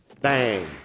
bang